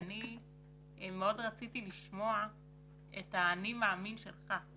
אנחנו מארחים את מבקר המדינה, מר מתניהו אנגלמן.